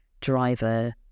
driver